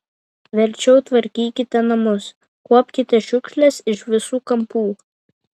verčiau tvarkykite namus kuopkite šiukšles iš visų kampų